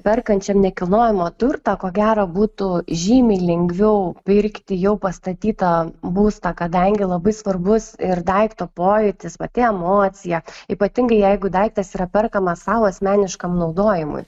perkančiam nekilnojamą turtą ko gero būtų žymiai lengviau pirkti jau pastatytą būstą kadangi labai svarbus ir daikto pojūtis pati emocija ypatingai jeigu daiktas yra perkamas sau asmeniškam naudojimui